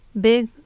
big